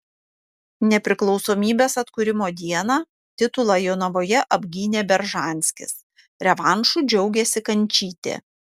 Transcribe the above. nepriklausomybės atkūrimo dieną titulą jonavoje apgynė beržanskis revanšu džiaugėsi kančytė